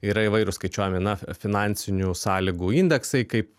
yra įvairūs skaičiuojami na fi finansinių sąlygų indeksai kaip